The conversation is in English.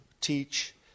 teach